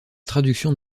traduction